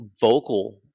vocal